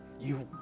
you.